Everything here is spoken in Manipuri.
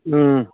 ꯎꯝ